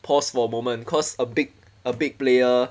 paused for a moment cause a big a big player